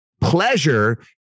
pleasure